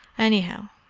anyhow,